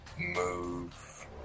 move